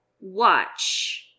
watch